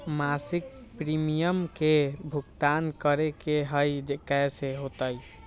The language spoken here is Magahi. मासिक प्रीमियम के भुगतान करे के हई कैसे होतई?